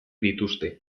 dituzte